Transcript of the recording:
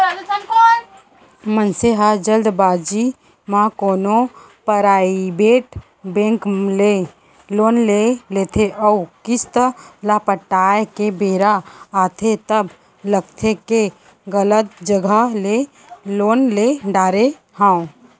मनसे ह जल्दबाजी म कोनो पराइबेट बेंक ले लोन ले लेथे अउ किस्त ल पटाए के बेरा आथे तब लगथे के गलत जघा ले लोन ले डारे हँव